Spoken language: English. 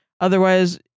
Otherwise